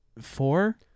Four